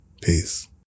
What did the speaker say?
Peace